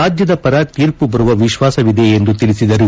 ರಾಜ್ಯದ ಪರ ತೀರ್ಪು ಬರುವ ವಿಶ್ವಾಸವಿದೆ ಎಂದು ತಿಳಿಸಿದರು